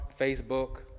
Facebook